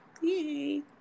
yay